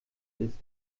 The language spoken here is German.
ist